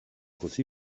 così